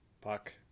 Puck